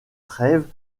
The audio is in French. trêve